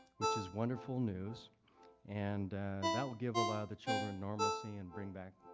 which is wonderful news and that will give a lot of the children normalcy and bring back